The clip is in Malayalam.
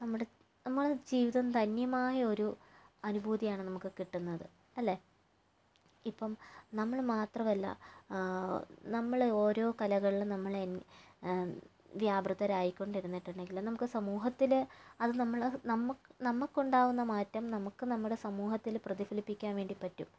നമ്മടെ നമ്മള ജീവിതം ധന്യമായൊരു അനുഭൂതിയാണ് നമുക്ക് കിട്ടുന്നത് അല്ലേ ഇപ്പം നമ്മള് മാത്രമല്ല നമ്മള് ഓരോ കലകളിലും നമ്മള് വ്യാപൃതരായിക്കൊണ്ട് ഇരുന്നിട്ടുണ്ടെങ്കില് നമുക്ക് സമൂഹത്തില് അത് നമ്മള് നമുക്ക് നമ്മുക്കുണ്ടാവുന്ന മാറ്റം നമുക്ക് നമ്മുടെ സമൂഹത്തില് പ്രതിഫലിപ്പിക്കാൻ വേണ്ടി പറ്റും